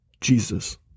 jesus